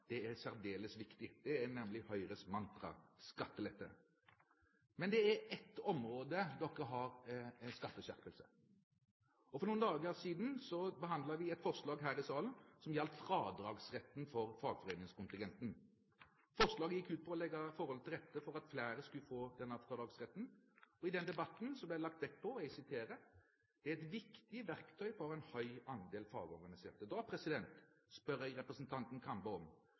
Høyre-representanter, er særdeles viktig. Det er nemlig Høyres mantra: skattelette! Men det er ett område Høyre har skatteskjerpelse på. For noen dager siden behandlet vi et forslag her i salen som gjaldt fradragsretten for fagforeningskontingenten. Forslaget gikk ut på å legge forholdene til rette for at flere skulle få denne fradragsretten. I den debatten ble det lagt vekt på at det «er et verktøy for å ha en høy andel fagorganiserte». Da spør jeg representanten Kambe om